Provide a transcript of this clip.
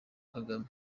kagame